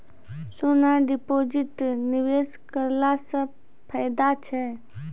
सोना deposit निवेश करला से फैदा छै?